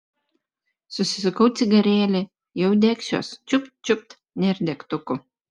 susisukau cigarėlį jau degsiuos čiupt čiupt nėr degtukų